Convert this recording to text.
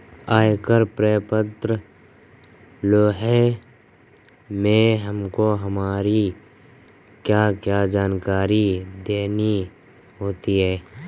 आयकर प्रपत्र सोलह में हमको हमारी क्या क्या जानकारी देनी होती है?